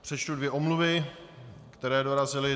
Přečtu dvě omluvy, které dorazily.